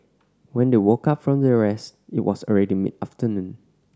when they woke up from their rest it was already mid afternoon